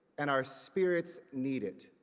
and our spirits need it.